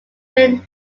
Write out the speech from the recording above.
queen